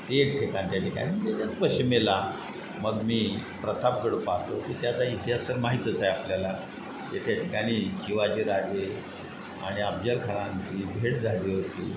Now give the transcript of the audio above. एक ठिकाण त्या ठिकाणी त्याच्याच पश्चिमेला मग मी प्रतापगड पाहतो की त्याचा इतिहास तर माहितीच आहे आपल्याला त्याच्या ठिकाणी शिवाजीराजे आणि अफजल खानाची भेट झाली होती